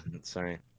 Sorry